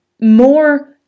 more